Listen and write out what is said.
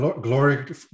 glory